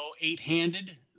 eight-handed